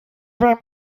beim